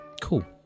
cool